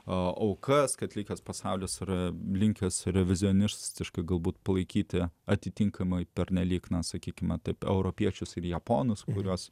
e aukas kad likęs pasaulis yra linkęs revizionistiškai galbūt palaikyti atitinkamai pernelyg na sakykime taip europiečius ir japonus kuriuos